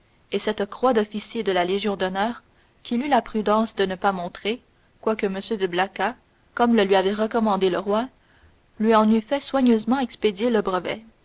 et cette croix d'officier de la légion d'honneur qu'il eut la prudence de ne pas montrer quoique m de blacas comme le lui avait recommandé le roi lui en eût fait soigneusement expédier le brevet